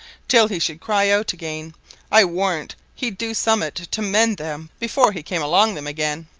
till he should cry out again i warrant he'd do summut to mend them before he came along them again.